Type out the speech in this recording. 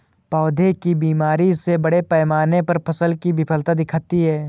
पौधों की बीमारी से बड़े पैमाने पर फसल की विफलता दिखती है